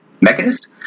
mechanist